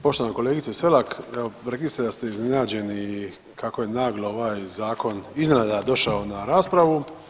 Poštovana kolegice Selak evo rekli ste da ste iznenađeni kako je naglo ovaj zakon iznenada došao na raspravu.